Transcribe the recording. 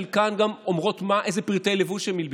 לחלקן גם אומרים אילו פריטי לבוש הן ילבשו,